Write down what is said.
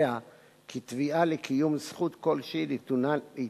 אין אפשרות לפיצוי באופן רטרואקטיבי בשל